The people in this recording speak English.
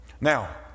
Now